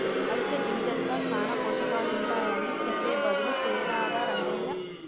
అవిసె గింజల్ల సానా పోషకాలుంటాయని సెప్పె బదులు తేరాదా రంగయ్య